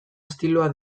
estiloa